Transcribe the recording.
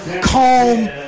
calm